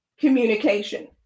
communication